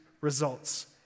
results